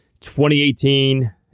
2018